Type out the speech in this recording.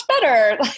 better